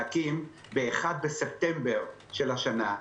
להקים ב-1 בספטמבר של השנה.